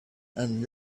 and